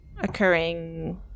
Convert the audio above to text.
occurring